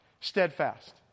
Steadfast